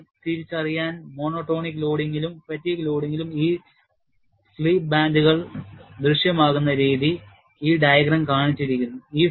വേർതിരിച്ചറിയാൻ മോണോടോണിക് ലോഡിംഗിലും ഫാറ്റീഗ് ലോഡിംഗിലും ഈ സ്ലിപ്പ് ബാൻഡുകൾ ദൃശ്യമാകുന്ന രീതി ഈ ഡയഗ്രം കാണിച്ചിരിക്കുന്നു